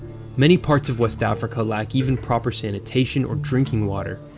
many parts of west africa lack even proper sanitation or drinking water.